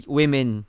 women